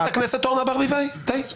חברת הכנסת אורנה ברביאי, די.